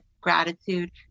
gratitude